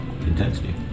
intensity